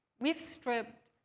we've stripped